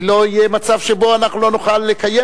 לא יהיה מצב שבו אנחנו לא נוכל לקיים,